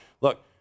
look